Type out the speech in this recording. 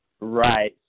Right